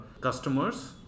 customers